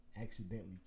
accidentally